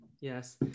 Yes